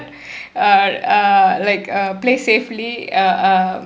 uh uh like uh play safely uh uh